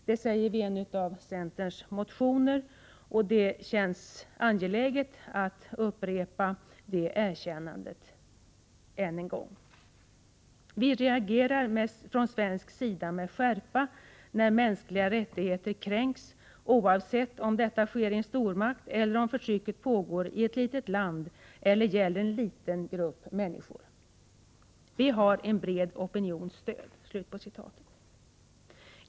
Det säger vi i en av centerns motioner, och det känns angeläget att upprepa det erkännandet: Vi reagerar från svensk sida med skärpa när mänskliga rättigheter kränks, oavsett om detta sker i en stormakt eller om förtrycket pågår i ett litet land eller gäller en liten grupp människor. Vi har en bred opinions stöd.